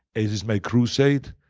it is my crusade.